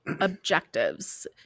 objectives